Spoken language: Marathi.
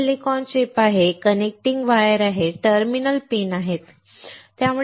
एक सिलिकॉन चिप आहे कनेक्टिंग वायर आहेत आणि टर्मिनल पिन आहेत